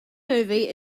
movie